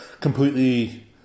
completely